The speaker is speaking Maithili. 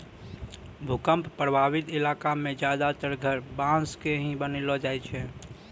भूकंप प्रभावित इलाका मॅ ज्यादातर घर बांस के ही बनैलो जाय छै